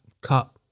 cut